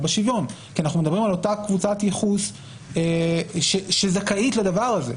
בשוויון כי אנחנו מדברים על אותה קבוצת ייחוס שזכאית לדבר הזה.